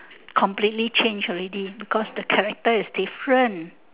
completely change already because the character is different